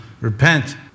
repent